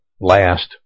last